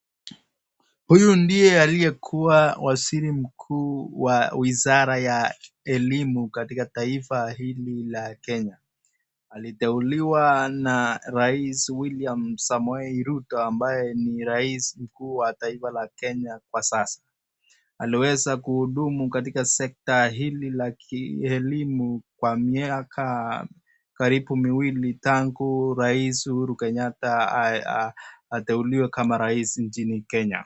Huyu ndiye aliyekuwa waziri mkuu kwa wizara ya elimu katika taifa hili la Kenya. Aliteuliwa na rais William Samoei Ruto ambaye ni rais mkuu wa taifa la Kenya kwa sasa. Aliweza kuhudumu katika sector hili la kielimu kwa miaka karibu miwili tangu rais Uhuru Kenyata ateuiwe kama rais nchini Kenya.